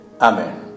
Amen